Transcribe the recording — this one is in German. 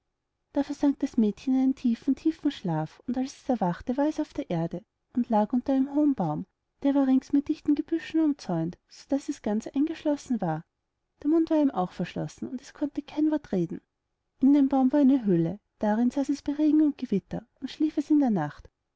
da versank das mädchen in einen tiefen tiefen schlaf und als es erwachte war es auf der erde und lag unter einem hohen baum der war rings mit dichten gebüschen umzäunt so daß es ganz eingeschlossen war der mund war ihm auch verschlossen und es konnte kein wort reden in dem baum war eine höhle darin saß es bei regen und gewitter und schlief es in der nacht